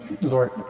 Lord